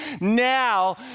Now